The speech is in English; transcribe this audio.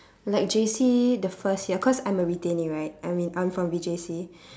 like J_C the first year cause I'm a retainee right I'm in I'm from V_J_C